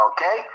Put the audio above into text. Okay